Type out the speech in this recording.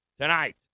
tonight